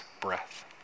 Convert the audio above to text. breath